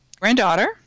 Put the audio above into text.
Granddaughter